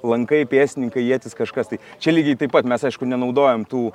lankai pėstininkai ietis kažkas tai čia lygiai taip pat mes aišku nenaudojame tų